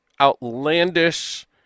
Outlandish